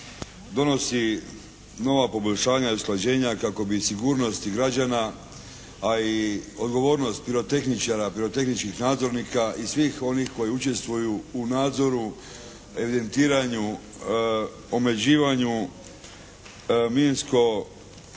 donosi nova poboljšanja i usklađenja kako bi sigurnost građana a i odgovornost pirotehničara, pirotehničkih nadzornika i svih onih koji učestvuju u nadzoru, evidentiranju, omeđivanju minsko